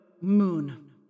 moon